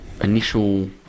initial